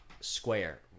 square